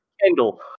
Kendall